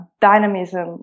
dynamism